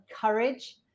courage